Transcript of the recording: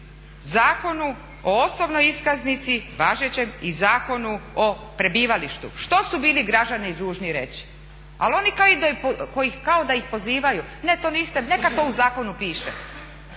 Zakonu o osobnoj iskaznici važećem i Zakonu o prebivalištu? Što su bili građani dužni reći? Ali oni kao da ih pozivaju, neka to u zakonu piše.